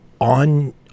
on